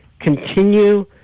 continue